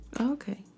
Okay